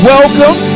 Welcome